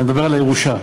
אני מדבר על הירושה.